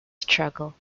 struggle